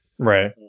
right